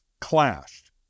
clashed